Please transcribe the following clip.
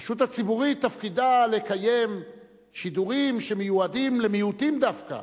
הרשות הציבורית תפקידה לקיים שידורים שמיועדים למיעוטים דווקא,